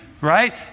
right